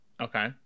okay